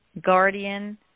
guardian